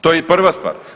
To je prva stvar.